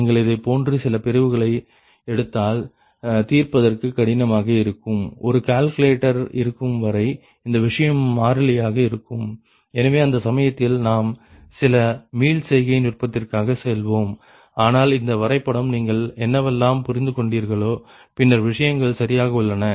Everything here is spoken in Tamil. நீங்கள் இதைப்போன்று சில பிரிவுகளை எடுத்தால் தீர்ப்பதற்கு கடினமாக இருக்கும் ஒரு கால்குலேட்டர் இருக்கும் வரை இந்த விஷயம் மாறிலியாக இருக்கும் எனவே அந்த சமயத்தில் நாம் சில மீள்செய்கை நுட்பத்திற்காக செல்வோம் ஆனால் இந்த வரைபடம் நீங்கள் என்னவெல்லாம் புரிந்துகொண்டீர்களோ பின்னர் விஷயங்கள் சரியாக உள்ளன